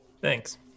Thanks